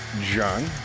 John